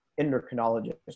endocrinologist